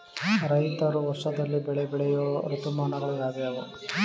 ರೈತರು ವರ್ಷದಲ್ಲಿ ಬೆಳೆ ಬೆಳೆಯುವ ಋತುಮಾನಗಳು ಯಾವುವು?